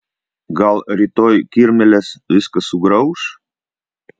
gal rytoj kirmėlės viską sugrauš